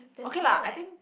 okay lah I think